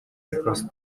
across